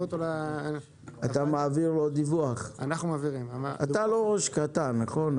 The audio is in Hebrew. אתה לא ראש קטן, נכון?